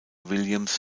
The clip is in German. williams